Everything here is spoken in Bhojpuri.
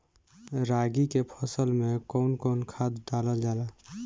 रागी के फसल मे कउन कउन खाद डालल जाला?